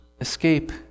escape